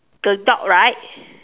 the dog right